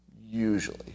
usually